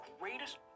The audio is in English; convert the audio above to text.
greatest